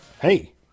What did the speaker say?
Hey